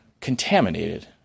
contaminated